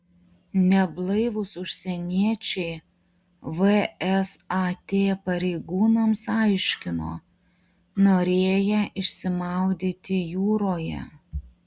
neblaivūs užsieniečiai vsat pareigūnams aiškino norėję išsimaudyti jūroje